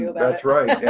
you know that's right.